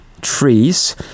trees